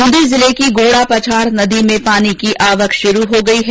ब्रंदी जिले की घोड़ापछाड़ नदी में पानी की आवक शुरू हो गई है